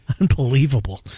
Unbelievable